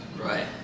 right